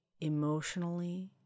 emotionally